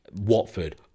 Watford